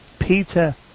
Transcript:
Peter